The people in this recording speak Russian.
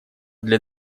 для